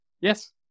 Yes